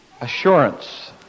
assurance